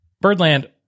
Birdland